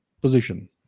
position